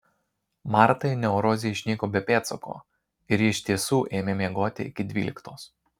martai neurozė išnyko be pėdsako ir ji iš tiesų ėmė miegoti iki dvyliktos